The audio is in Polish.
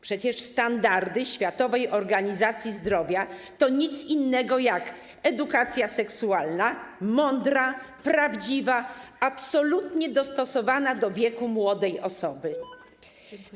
Przecież standardy Światowej Organizacji Zdrowia to nic innego jak edukacja seksualna, mądra, prawdziwa, absolutnie dostosowana do wieku młodej osoby.